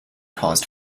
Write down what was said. caused